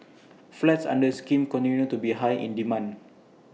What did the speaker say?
flats under the scheme continue to be in high demand